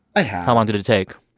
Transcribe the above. i have how long did it take?